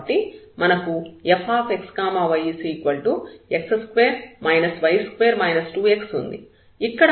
కాబట్టి మనకు fxyx2 y2 2x ఉంది